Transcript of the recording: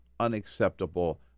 unacceptable